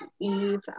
Eve